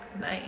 nice